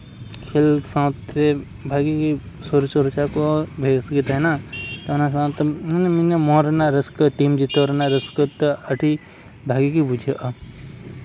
ᱠᱷᱮᱞ ᱥᱟᱶᱛᱮ ᱵᱷᱟᱹᱜᱮ ᱜᱮ ᱥᱚᱨᱤᱨ ᱪᱚᱨᱪᱟ ᱠᱚ ᱵᱮᱥᱜᱮ ᱛᱟᱦᱮᱱᱟ ᱚᱱᱟ ᱥᱟᱶᱛᱮ ᱢᱚᱱ ᱨᱮᱱᱟᱜ ᱨᱟᱹᱥᱠᱟᱹ ᱛᱮ ᱡᱚᱛᱚ ᱨᱮᱱᱟᱜ ᱨᱟᱹᱥᱠᱟᱹ ᱛᱮ ᱟᱹᱰᱤ ᱵᱷᱟᱹᱜᱤ ᱜᱮ ᱵᱩᱡᱷᱟᱹᱜᱼᱟ